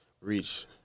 reach